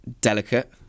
delicate